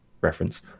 Reference